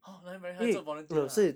!huh! 南洋 primary 还要做 volunteer ah